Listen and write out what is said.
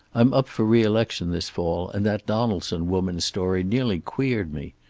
i'm up for reelection this fall, and that donaldson woman's story nearly queered me.